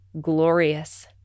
glorious